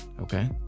okay